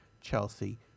Chelsea